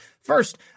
first